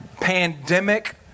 pandemic